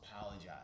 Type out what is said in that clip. apologize